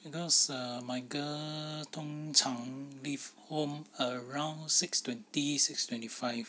because err my girl 通常 leave home around six twenty six twenty five